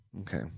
Okay